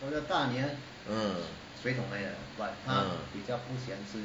uh uh